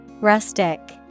Rustic